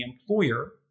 employer